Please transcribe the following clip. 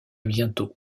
bientôt